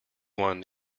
one